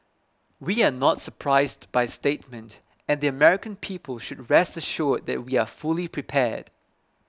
we are not surprised by statement and the American people should rest assured that we are fully prepared